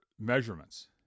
measurements